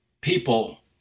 people